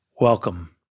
Welcome